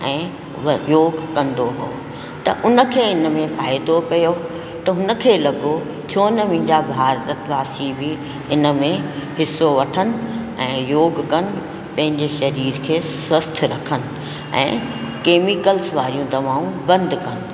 ऐं योग कंदो हो त उनखे इनमें फ़ाइदो पियो त हुनखे लॻो छो त मुंहिंजा भारत वासी बि इनमें हिस्सो वठण ऐं योग कनि पंहिंजे शरीर खे स्वस्थ्यु रखन ऐं कैमिकल्स वारियूं दवाऊं बंदि कनि